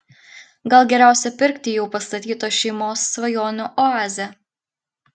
gal geriausia pirkti jau pastatytą šeimos svajonių oazę